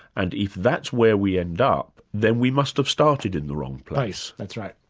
and if that's where we end up, then we must have started in the wrong place. that's right.